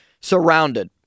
surrounded